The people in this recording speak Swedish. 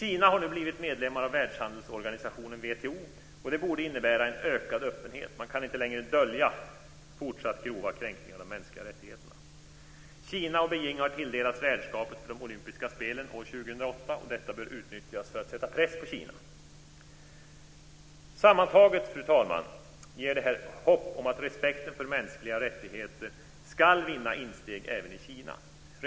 Kina har nu blivit medlem av världshandelsorganisationen WTO, och det borde innebära en ökad öppenhet. Kina kan inte längre dölja fortsatt grova kränkningar av de mänskliga rättigheterna. Kina och Beijing har tilldelats värdskapet för de olympiska spelen år 2008, och detta bör utnyttjas för att sätta press på Kina. Sammantaget, fru talman, ger detta hopp om att respekten för mänskliga rättigheter ska vinna insteg även i Kina.